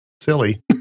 silly